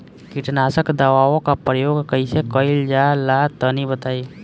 कीटनाशक दवाओं का प्रयोग कईसे कइल जा ला तनि बताई?